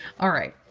all right.